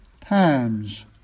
times